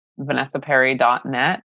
vanessaperry.net